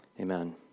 Amen